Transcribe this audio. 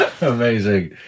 Amazing